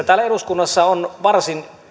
täällä eduskunnassa varsin